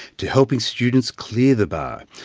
to helping students clear the bar.